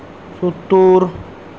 ᱥᱳᱛᱛᱳᱨ